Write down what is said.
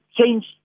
change